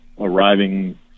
arriving